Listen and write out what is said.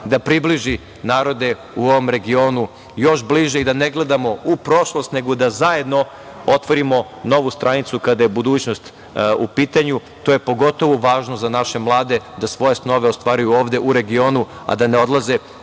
da približi narode u ovom regionu još bliže i da ne gledamo u prošlost, nego da zajedno otvorimo novu stranicu kada je budućnost u pitanju. To je, pogotovo važno za naše mlade da svoje snove ostvaruju ovde u regionu, a da ne odlaze